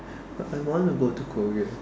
but I want to go to Korea